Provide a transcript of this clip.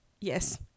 yes